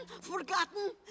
forgotten